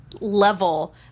Level